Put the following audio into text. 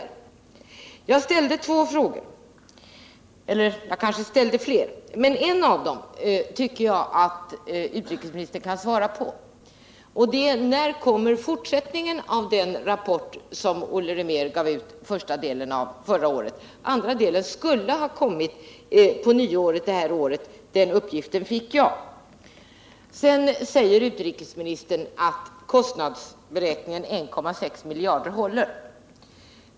Jag har ställt ett par frågor, och en av dem tycker jag att utrikesministern borde kunna svara på: När kommer fortsättningen på den rapport som Olle Rimer gav ut första delen av förra året? Den andra delen skulle ha kommit det här nyåret enligt uppgift jag fått. Utrikesministern säger att kostnadsberäkningen 1,6 miljarder kronor håller.